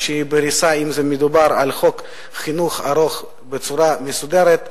אם מדובר על חוק יום חינוך ארוך, בצורה מסודרת,